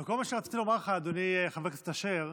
וכל מה שרציתי לומר לך, אדוני חבר הכנסת אשר,